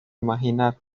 imaginar